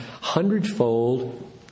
hundredfold